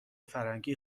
فرنگی